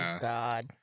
God